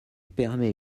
permet